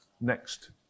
Next